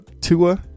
Tua